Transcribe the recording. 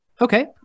Okay